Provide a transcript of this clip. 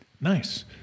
Nice